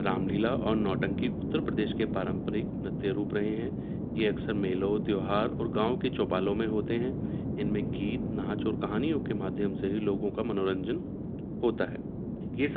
رام لیلا اور نوٹنکی اتر پردیش کے پارمپرک نتیہ روپ رہے ہیں یہ اکثر میلوں تیوہار اور گاؤں کے چوپالوں میں ہوتے ہیں ان میں گیت ناچ اور کہانیوں کے مادھیم سے ہی لوگوں کا منورنجن ہوتا ہے یہ سب